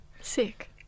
Sick